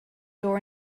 door